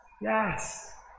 Yes